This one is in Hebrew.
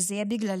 וזה יהיה בגללי.